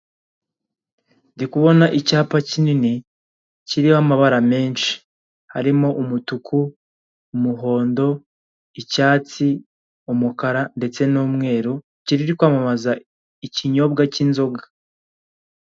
Ndi kubona icyapa kinini, kiriho amabara menshi, harimo: umutuku, umuhondo, icyatsi, umukara ndetse n'umweru, kiri kwamamaza ikinyobwa k'inzoga.